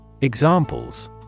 examples